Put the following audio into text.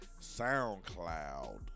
soundcloud